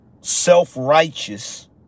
self-righteous